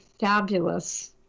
fabulous